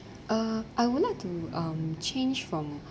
uh I would like to um change from